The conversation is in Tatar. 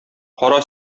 кара